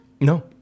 No